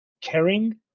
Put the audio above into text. caring